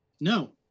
No